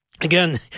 Again